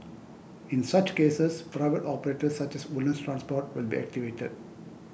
in such cases private operators such as Woodlands Transport will be activated